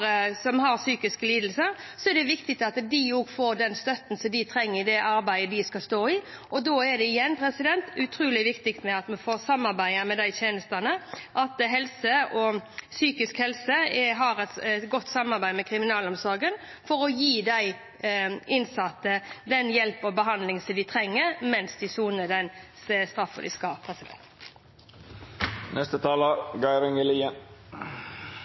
psykiske lidelser, og da er det viktig at de får den støtten de trenger i det arbeidet de skal stå i. Da er det utrolig viktig at det er et samarbeid mellom de tjenestene, at psykisk helse har et godt samarbeid med kriminalomsorgen for å kunne gi de innsatte den hjelpen og behandlingen de trenger mens de soner den straffen de